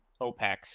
OPEC